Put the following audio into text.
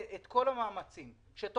זה כמו שקרה עם אל-על בשמים הפתוחים, אותן חששות.